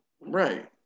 Right